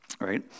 right